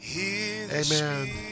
Amen